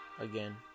again